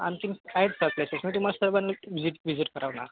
आणखी आहेत sir places पण तुम्हाला सर्वाना वीजिट करवणार